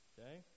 Okay